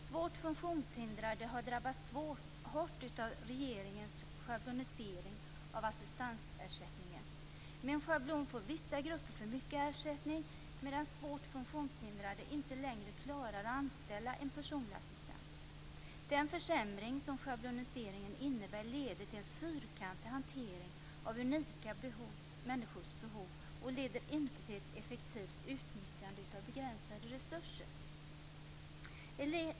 Svårt funktionshindrade har drabbats hårt av regeringens schablonering av assistansersättningen. Med en schablon får vissa grupper för mycket ersättning, medan svårt funktionshindrade inte längre klarar att anställa en personlig assistent. Den försämring som schabloneringen innebär leder till en fyrkantig hantering av unika människors behov och leder inte till ett effektivt utnyttjande av begränsade resurser.